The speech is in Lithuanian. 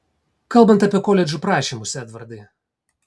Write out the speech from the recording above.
kalbant apie koledžų prašymus edvardai